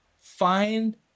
find